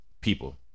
people